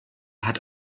hat